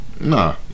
Nah